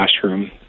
classroom